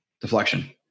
Deflection